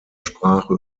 sprache